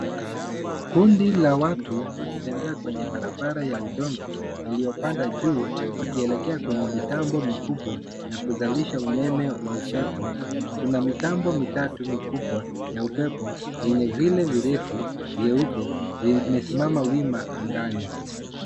Kundi la watu wakitembea kwenye barabara ya udongo iliyopanda juu wakielekea kwenye mitambo mikubwa ya kuzalisha umeme wa upepo. Kuna mitambo mitatu mikubwa ya upepo yenye vile virefu vyeupe vyenye vimesimama wima angani.